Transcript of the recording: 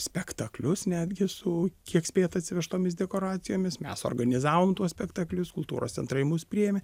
spektaklius netgi su kiek spėjo atsivežtomis dekoracijomis mes suorganizavom tuos spektaklius kultūros centrai mus priėmė